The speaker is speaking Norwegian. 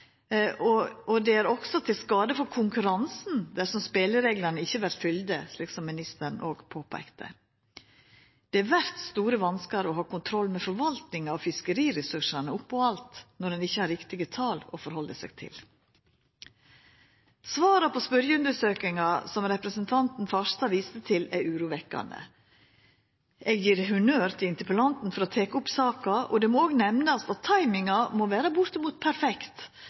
internasjonale omdømme, er det også til skade for konkurransen dersom spelereglane ikkje vert følgde, slik som ministeren òg påpeika. Det vert store vanskar å ha kontroll med forvaltinga av fiskeriressursane oppå alt når ein ikkje har riktige tal å halda seg til. Svara på spørjeundersøkinga som representanten Farstad viste til, er urovekkjande. Eg gjev honnør til interpellanten for å ha teke opp saka, og det må òg nemnast at timinga må vera bortimot perfekt,